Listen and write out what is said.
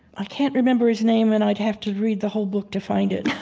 i can't remember his name, and i'd have to read the whole book to find it.